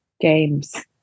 games